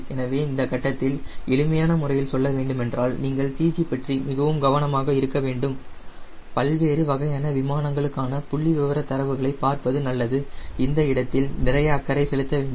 எனவே இந்த கட்டத்தில் எளிமையான முறையில் சொல்ல வேண்டுமென்றால் நீங்கள் CG பற்றி மிகவும் கவனமாக இருக்க வேண்டும் பல்வேறு வகையான விமானங்களுக்கான புள்ளிவிவர தரவுகளை பார்ப்பது நல்லது இந்த இடத்தில் நிறைய அக்கறை செலுத்த வேண்டும்